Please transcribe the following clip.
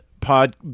Pod